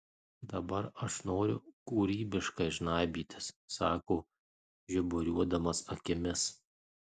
dabar aš noriu kūrybiškai žnaibytis sako žiburiuodamas akimis